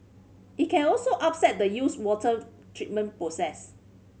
it can also upset the used water treatment process